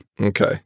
Okay